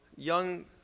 Young